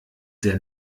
sehr